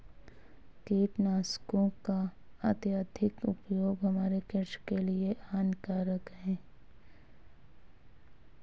कीटनाशकों का अत्यधिक उपयोग हमारे कृषि के लिए हानिकारक है